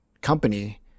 company